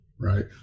right